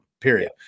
Period